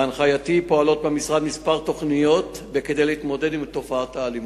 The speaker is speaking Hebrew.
בהנחייתי פועלות במשרד כמה תוכניות כדי להתמודד עם תופעת האלימות.